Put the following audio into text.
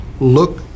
Look